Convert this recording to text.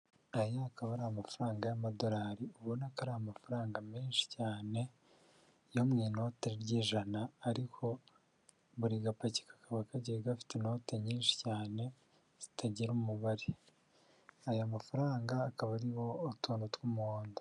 Aya akaba ari amafaranga y'amadolari ubona ko ari amafaranga menshi cyane yo mu inote ry'ijana ariko buri gapaki kakaba kagiye gafite inote nyinshi cyane zitagira umubare aya mafaranga akaba ariho utuntu tw'umuhondo.